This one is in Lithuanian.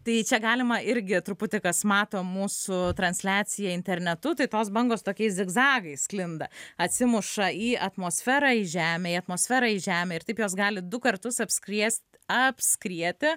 tai čia galima irgi truputį kas mato mūsų transliaciją internetu tai tos bangos tokiais zigzagais sklinda atsimuša į atmosferą į žemę į atmosferą į žemę ir taip jos gali du kartus apskriest apskrieti